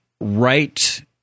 right